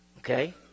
Okay